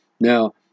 Now